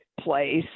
place